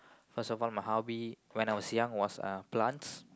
first of all my hobby when I was young was uh plants